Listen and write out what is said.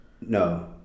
No